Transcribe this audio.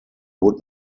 would